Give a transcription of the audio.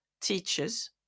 teachers